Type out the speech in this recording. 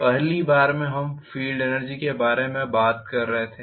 पहली बार में हम फील्ड एनर्जी के बारे में बात कर रहे थे